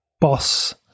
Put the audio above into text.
boss